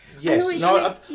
Yes